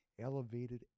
elevated